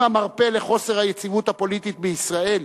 את המרפא לחוסר היציבות הפוליטית בישראל